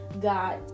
got